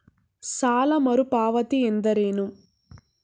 ಸಾಲ ಮರುಪಾವತಿ ಎಂದರೇನು?